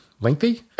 lengthy